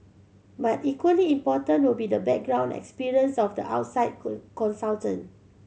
but equally important will be the background experience of the outside consultant